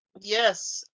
Yes